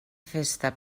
festa